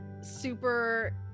super